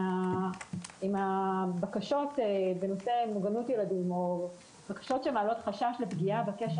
אם הבקשות בנושא מוגנות ילדים או בקשות שמעלות חשש לפגיעה בקשר